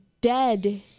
dead